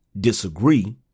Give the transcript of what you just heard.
disagree